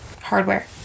Hardware